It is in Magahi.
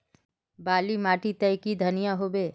बाली माटी तई की धनिया होबे?